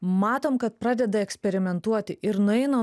matom kad pradeda eksperimentuoti ir nueina